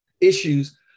issues